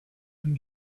and